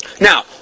Now